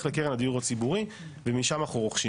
לקרן הדיור הציבורי ומשם אנחנו רוכשים.